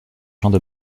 champs